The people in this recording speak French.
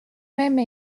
même